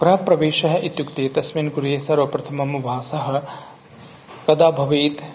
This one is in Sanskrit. गृहप्रवेशः इत्युक्ते तस्मिन् गृहे सर्वप्रथमं वासः कदा भवेत्